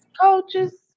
coaches